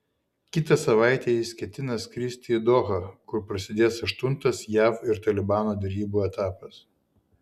kitą savaitę jis ketina skristi į dohą kur prasidės aštuntas jav ir talibano derybų etapas